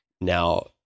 Now